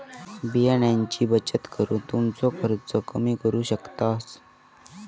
बियाण्यांची बचत करून तुमचो खर्च कमी करू शकतास